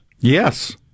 Yes